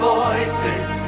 voices